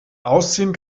ausziehen